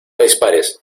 dispares